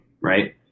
right